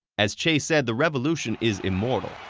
as che said, the revolution is immortal.